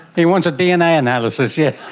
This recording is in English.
he wants a dna analysis, yes.